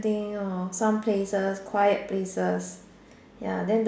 building or some places quiet places ya then